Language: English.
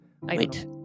Wait